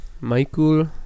michael